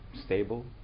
stable